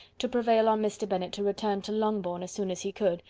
to prevail on mr. bennet to return to longbourn, as soon as he could,